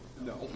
No